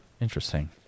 Interesting